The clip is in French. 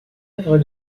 œuvre